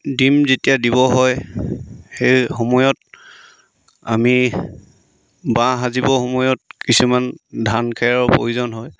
ডিম যেতিয়া দিব হয় সেই সময়ত আমি বাহ সাজিবৰ সময়ত কিছুমান ধানখেৰৰ প্ৰয়োজন হয়